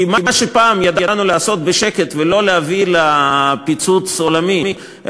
כי מה שפעם ידענו לעשות בשקט ולא להביא לפיצוץ עולמי,